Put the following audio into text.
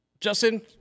Justin